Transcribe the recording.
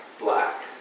black